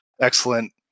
excellent